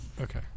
Okay